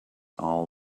all